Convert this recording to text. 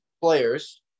players